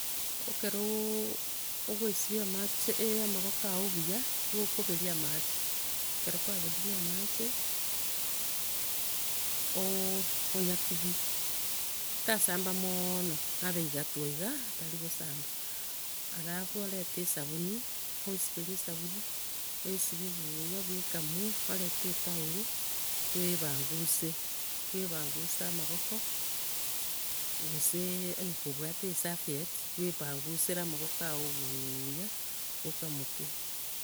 Ekerooo ogoesibia amache- e- amaboko ago buya, nigo okoberia amache, ekero kwaberirie amache, o- onyakubie, tasamba mooono, abe igwatwa iga, atarigosamba, alafu orente esabuni, oisiberie esabuni, oesibia buuya buya oekamue, orente etauru, bwebanguse, bwebanguse amagoko gosee onya ko obwate esafiet, bwebangusera amagoko ago buuya, okamoke.